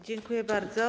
Dziękuję bardzo.